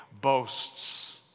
boasts